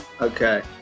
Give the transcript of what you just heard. Okay